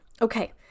Okay